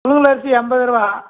புலுங்கலரிசி எண்பதுருவா